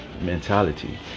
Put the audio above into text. mentality